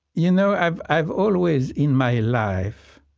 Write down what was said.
you know i've i've always, in my life,